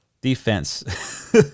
Defense